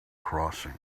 crossing